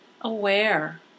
aware